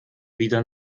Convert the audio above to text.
wieder